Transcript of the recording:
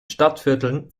stadtvierteln